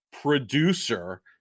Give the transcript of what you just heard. producer